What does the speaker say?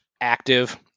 active